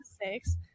mistakes